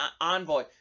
envoy